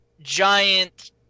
giant